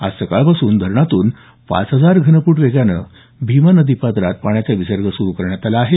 आज सकाळपासून धरणातून पाच हजार घनफूट वेगानं भीमा नदी पात्रात पाण्याचा विसर्ग सुरू करण्यात आला आहे